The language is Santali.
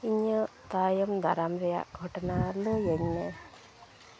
ᱤᱧᱟᱹᱜ ᱛᱟᱭᱚᱢ ᱫᱟᱨᱟᱢ ᱨᱮᱭᱟᱜ ᱜᱷᱚᱴᱚᱱᱟ ᱞᱟᱹᱭᱟᱹᱧ ᱢᱮ